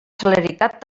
celeritat